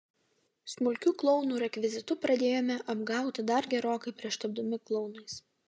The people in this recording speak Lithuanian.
smulkiu klounų rekvizitu pradėjome apgauti dar gerokai prieš tapdami klounais